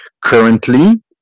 Currently